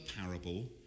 parable